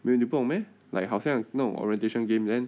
没有你不懂 meh like 好像那种 orientation game then